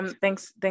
thanks